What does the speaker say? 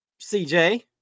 CJ